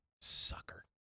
Sucker